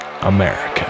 America